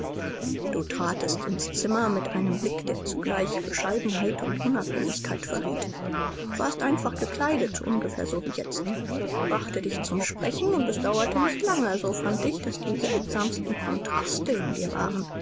du tratest ins zimmer mit einem blick der zugleich bescheidenheit und unabhängigkeit verriet du warst einfach gekleidet ungefähr so wie jetzt ich brachte dich zum sprechen und es dauerte nicht lange so fand ich daß die seltsamsten kontraste in dir waren